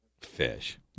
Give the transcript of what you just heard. Fish